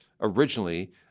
originally